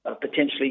potentially